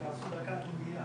אתה גם בתור עו"ד